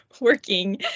working